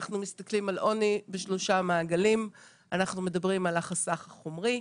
אנחנו מסתכלים על עוני בשלושה מעגלים: אנחנו מדברים על החסך החומרי,